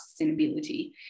sustainability